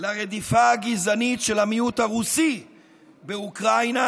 לרדיפה הגזענית של המיעוט הרוסי באוקראינה